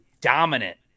dominant